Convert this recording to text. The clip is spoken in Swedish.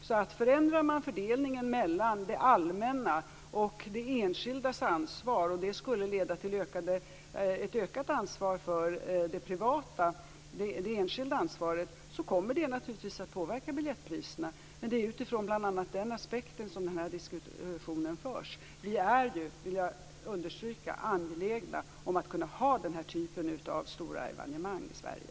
Om man förändrar fördelningen mellan det allmännas och det enskildas ansvar, och om det skulle leda till ett ökat ansvar för det enskilda, kommer det naturligtvis att påverka biljettpriserna. Men det är utifrån bl.a. den aspekten som den här diskussionen förs. Vi är ju, det vill jag understryka, angelägna om att kunna ha den här typen av stora evenemang i Sverige.